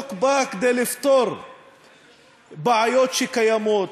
החוק בא כדי לפתור בעיות שקיימות,